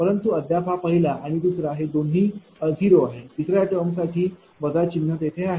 परंतु अद्याप हा पहिला आणि दुसरा हे दोन्ही 0 आहे तिसऱ्या टर्म साठी वजा चिन्ह तेथे आहे